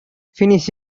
finish